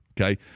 okay